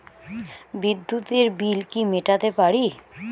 বিদ্যুতের বিল কি মেটাতে পারি?